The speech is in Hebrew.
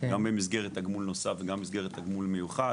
גם במסגרת תגמול נוסף וגם במסגרת תגמול מיוחד,